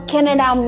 Canada